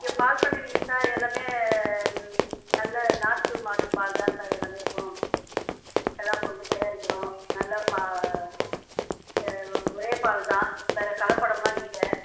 இங்கே பால் பண்ணையிலேங்க சார் எல்லாமே நல்ல நாட்டு மாட்டுப் பால் தான் சார் எல்லாமே இருக்கும் எல்லா கொண்டு தயாரிக்கிறோம் நல்ல பா ஒரே பால் தான் வேறு கலப்படமெலாம் இல்லை